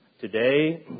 Today